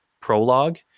prologue